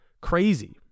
crazy